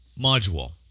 module